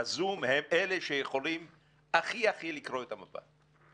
בזום הם אלה שיכולים הכי הכי לקרוא את המפה.